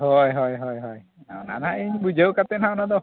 ᱦᱳᱭ ᱦᱳᱭ ᱦᱳᱭ ᱚᱱᱟ ᱱᱟᱦᱟᱜ ᱤᱧ ᱵᱩᱡᱷᱟᱹᱣ ᱠᱟᱛᱮᱫ ᱦᱟᱜ ᱚᱱᱟ ᱫᱚ